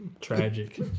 Tragic